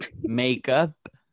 makeup